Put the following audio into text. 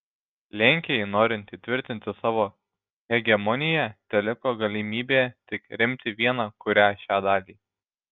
lenkijai norint įtvirtinti savo hegemoniją teliko galimybė tik remti vieną kurią šią dalį